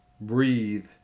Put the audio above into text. breathe